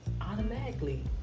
automatically